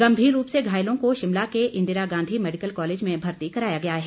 गंभीर रूप से घायलों को शिमला के इंदिरा गांधी मैडिकल कॉलेज में भर्ती कराया गया है